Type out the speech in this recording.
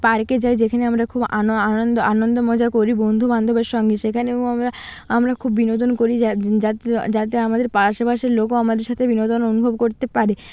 পার্কে যাই যেখানে আমরা খুব আনন্দ আনন্দ মজা করি বন্ধু বান্ধবের সঙ্গে সেখানেও আমরা আমরা খুব বিনোদন করি যাতে যাতে আমাদের আশেপাশের লোকও আমাদের সাথে বিনোদন অনুভব করতে পারে